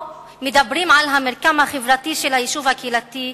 או מדברים על המרקם החברתי של היישוב הקהילתי,